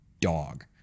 dog